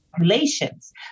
relations